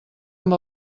amb